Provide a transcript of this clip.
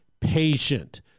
patient